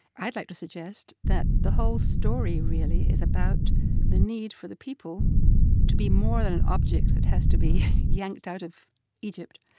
i'd like to suggest that the whole story really is about the need for the people to be more than an object that has to be yanked out of egypt.